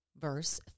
Verse